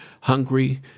hungry